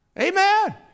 Amen